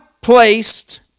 placed